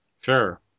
Sure